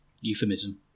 euphemism